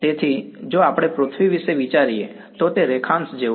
તેથી જો આપણે પૃથ્વી વિશે વિચારીએ તો તે રેખાંશ જેવું છે